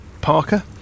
Parker